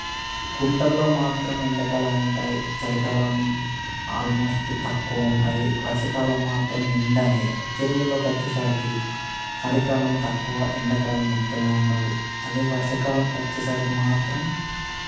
కుంటల్లో మాత్రం ఎండకాలం ఉంటాయి చలి కాలం ఆల్మోస్ట్ తక్కువ ఉంటాయి వర్షకాలం మాత్రం నిండా నీరే చెరువుల్లోకి వచ్చేసరికి చలికాలం తక్కువ ఎండకాలం మొత్తమే ఉండవు అదే వర్షాకాలంకు వచ్చేసరికి మాత్రం